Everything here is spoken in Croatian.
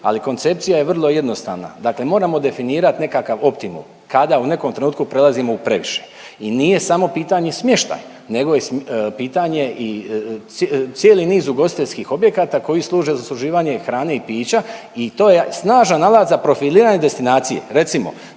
ali koncepcija je vrlo jednostavna. Dakle, moramo definirati nekakav optimum kada u nekom trenutku prelazimo u previše. I nije samo pitanje smještaja, nego je pitanje i cijeli niz ugostiteljskih objekata koji služe za usluživanje hrane i pića i to je snažan alat za profiliranje destinacije. Recimo